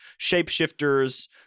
shapeshifters